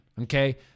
okay